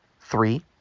Three